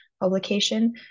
publication